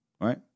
right